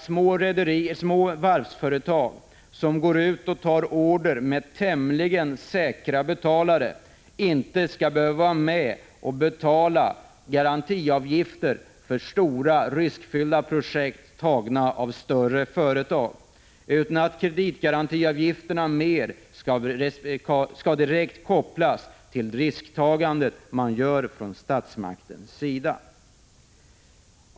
Små varvsföretag som tar hem order med tämligen säkrad betalning skall alltså inte behöva vara med och betala garantiavgifter för stora och riskfyllda projekt i samband med order tagna av större företag. Kreditgarantiavgifterna skall i stället mera direkt kopplas till det risktagande som görs från statsmaktens sida.